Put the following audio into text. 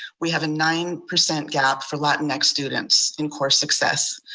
we have a nine percent gap for latin x students in core success,